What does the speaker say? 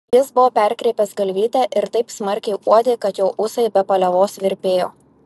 jis buvo perkreipęs galvytę ir taip smarkiai uodė kad jo ūsai be paliovos virpėjo